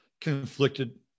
conflicted